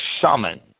summon